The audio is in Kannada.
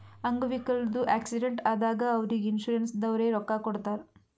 ಅಂಗ್ ವಿಕಲ್ರದು ಆಕ್ಸಿಡೆಂಟ್ ಆದಾಗ್ ಅವ್ರಿಗ್ ಇನ್ಸೂರೆನ್ಸದವ್ರೆ ರೊಕ್ಕಾ ಕೊಡ್ತಾರ್